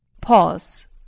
Pause